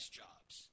jobs